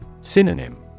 Synonym